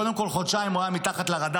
קודם כול חודשיים הוא היה מתחת לרדאר,